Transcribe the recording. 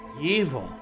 Evil